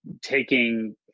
taking